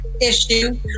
issue